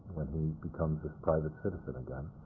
becomes this private citizen again,